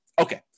Okay